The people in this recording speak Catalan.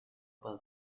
pel